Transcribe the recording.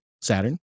Saturn